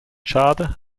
schade